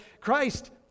Christ